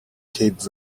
cape